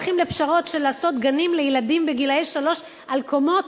הולכים לפשרות של לעשות גנים לילדים גילאי שלוש על קומות,